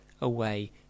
away